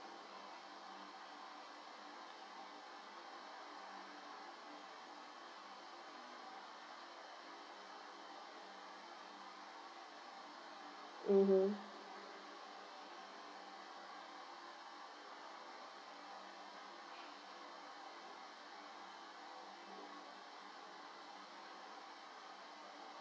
mmhmm